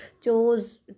chose